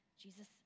Jesus